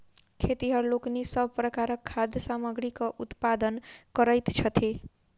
खेतिहर लोकनि सभ प्रकारक खाद्य सामग्रीक उत्पादन करैत छथि